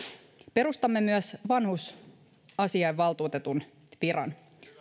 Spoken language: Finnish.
perustamme myös vanhusasiainvaltuutetun viran